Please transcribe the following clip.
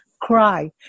cry